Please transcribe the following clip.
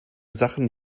sachen